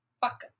Fuck